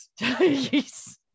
Yes